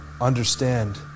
understand